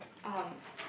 um